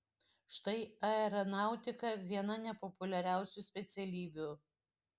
štai aeronautika viena nepopuliariausių specialybių